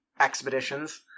expeditions